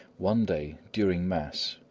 one day, during mass,